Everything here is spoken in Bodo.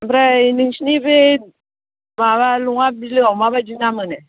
ओमफ्राय नोंसिनि बे माबा लङा बिलोयाव माबादि ना मोनो